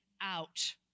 out